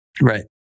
Right